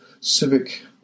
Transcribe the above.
civic